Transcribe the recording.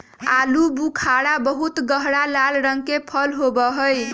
आलू बुखारा बहुत गहरा लाल रंग के फल होबा हई